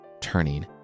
Turning